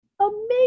amazing